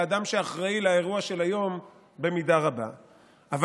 האדם שאחראי במידה רבה לאירוע של היום,